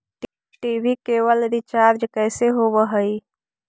TV cable recharge कैसे होब हइ?